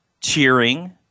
cheering